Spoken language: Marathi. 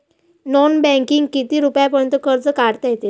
नॉन बँकिंगनं किती रुपयापर्यंत कर्ज काढता येते?